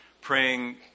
praying